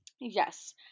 yes